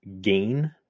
gain